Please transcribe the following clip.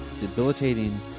debilitating